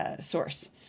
source